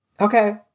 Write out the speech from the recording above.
Okay